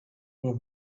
will